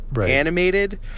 animated